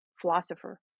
philosopher